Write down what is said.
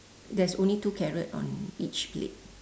there's only two carrot on each plate